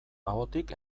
ahotik